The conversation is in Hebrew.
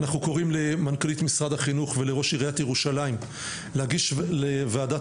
אנחנו קוראים למנכ"לית משרד החינוך ולראש עיריית ירושלים להגיש לוועדת